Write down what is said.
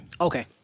Okay